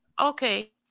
Okay